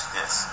yes